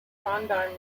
trondheim